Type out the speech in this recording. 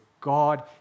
God